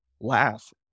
laugh